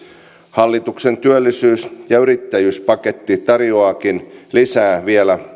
hallituksen työllisyys ja yrittäjyyspaketti tarjoaakin vielä lisää